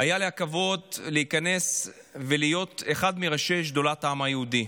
היה לי הכבוד להיכנס ולהיות אחד מראשי שדולת העם היהודי,